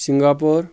Singapore